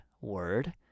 word